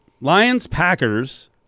Lions-Packers